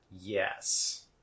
Yes